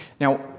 Now